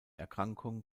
erkrankung